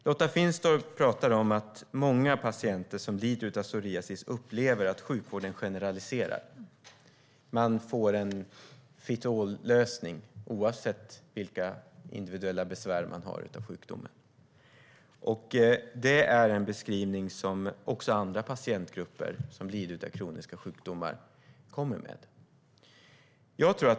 Lotta Finstorp talar om att många patienter som lider av psoriasis upplever att sjukvården generaliserar. De får en fit-all-lösning oavsett vilka individuella besvär de har av sjukdomen. Det är en beskrivning som också andra patientgrupper som lider av kroniska sjukdomar kommer med.